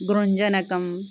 गृञ्जनकम्